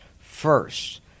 first